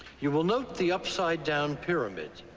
you will note the upside down pyramid.